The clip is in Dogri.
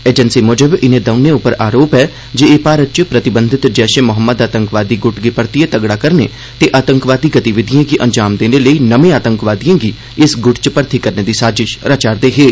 एजेंसी मुजब इनें दौनें उप्पर आरोप ऐ जे एह् भारत च प्रतिबंधित जैशे मोहम्मद आतंकवादी गुट गी परतियै तगड़ा करने ते आतंकवादी गतिविधियें गी अंजाम देने लेई नमें आतंकवादिएं गी इस गुट च मर्थी करने दी साजिश रचा'रदे हे